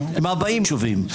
עם 40 יישובים,